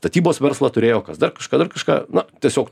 statybos verslą turėjo kas dar kažką dar kažką na tiesiog